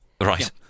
right